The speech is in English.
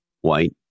white